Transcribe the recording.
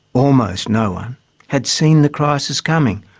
almost no one had seen the crisis coming,